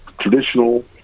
traditional